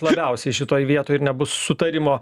labiausiai šitoje vietoj ir nebus sutarimo